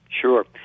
Sure